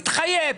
מתחייב,